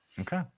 okay